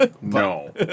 No